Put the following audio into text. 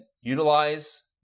utilize